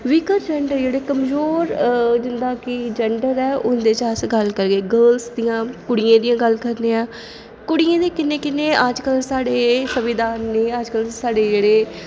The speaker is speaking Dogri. वीकर जेंडर की जिंदा कि वीकर जेंडर ऐ उं'दे च अस गल्ल करने आं गर्ल दियां कुड़ियें जेह्ड़ियां न कुड़ियें दे किन्ने किन्ने अज्जकल साढ़े संविधान दे अज्जकल साढ़े जेह्ड़े